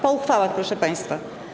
Po uchwałach, proszę państwa.